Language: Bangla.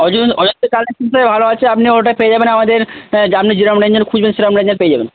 অজন্তার কালেকশানটাই ভালো আছে আপনি ওটা পেয়ে যাবেন আমাদের আপনি যেরকম রেঞ্জের খুঁজবেন সেরম রেঞ্জের পেয়ে যাবেন